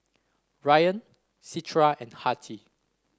Rayyan Citra and Haryati